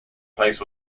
place